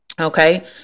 Okay